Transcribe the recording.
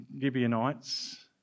Gibeonites